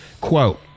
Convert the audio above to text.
quote